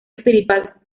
espiritual